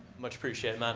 much appreciated, man.